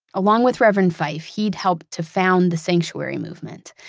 along with reverend fife, he'd helped to found the sanctuary movement.